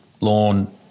lawn